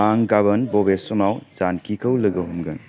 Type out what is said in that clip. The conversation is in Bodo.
आं गाबोन बबे समाव जानकिखौ लोगो हमगोन